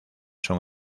son